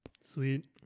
Sweet